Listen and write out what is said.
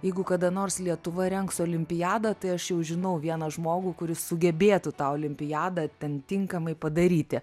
jeigu kada nors lietuva rengs olimpiadą tai aš jau žinau vieną žmogų kuris sugebėtų tą olimpiadą ten tinkamai padaryti